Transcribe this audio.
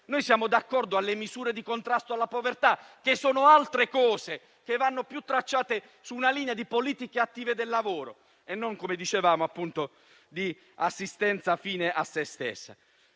siamo d'accordo sulle misure di contrasto alla povertà, che però sono altro e vanno tracciate più su una linea di politiche attive del lavoro e non, come dicevamo, di assistenza fine a se stessa.